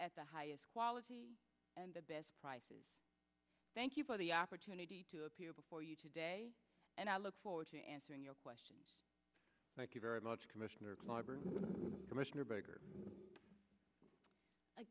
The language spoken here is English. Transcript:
at the highest quality and the best prices thank you for the opportunity to appear before you today and i look forward to answering your question thank you very much commissioner clobbered with commissioner berger a